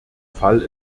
fall